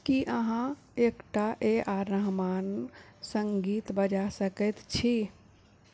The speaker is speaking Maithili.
की अहाँ एकटा ए आर रहमानके सङ्गीत बजा सकैत छी